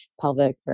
pelvic